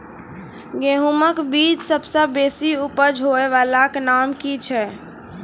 गेहूँमक बीज सबसे बेसी उपज होय वालाक नाम की छियै?